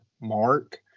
mark